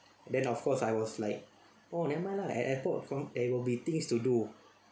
then of course I was like oh never mind lah at airport there will be things to do